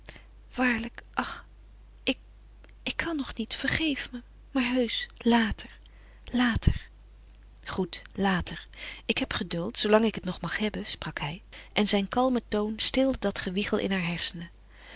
waarlijk ach ik ik kan nog niet vergeef me maar heusch later later goed later ik heb geduld zoolang ik het nog mag hebben sprak hij en zijn kalme toon stilde dat gewiegel in haar hersenen